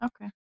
Okay